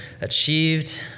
achieved